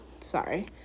sorry